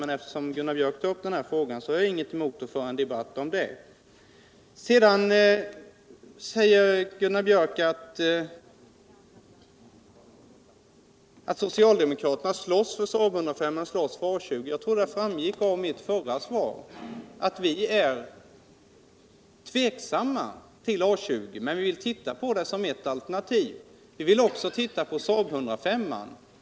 Men då herr Björk tog upp detta spörsmål, har jag inget emot att föra en debatt också om det. Vidare säger Gunnar Björk att socialdemokraterna slåss för Saab 105 och för A 20. Jag trodde att det framgick av mitt förra svar att vi är tveksamma beträffande A 20, men vi vill se på det som ett alternativ. Vi vill också se på Saab 105.